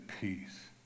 peace